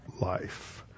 life